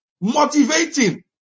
motivating